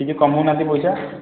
ଟିକେ କମଉନାହାନ୍ତି ପଇସା